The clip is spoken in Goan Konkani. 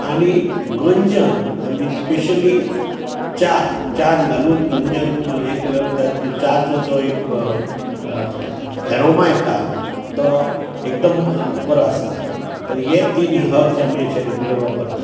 आनी गंजन आमी स्पेशली च्या च्यान घालून गंजन हे केलें वता चाचो एक जो ऍरोमा येता तो एकदम बरो आसता तर हे तीन हब्स आमी अशे रेगूलर वापरतात